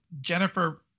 Jennifer